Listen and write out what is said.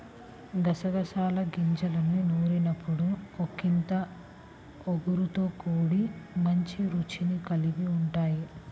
గసగసాల గింజల్ని నూరినప్పుడు ఒకింత ఒగరుతో కూడి మంచి రుచిని కల్గి ఉంటయ్